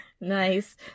Nice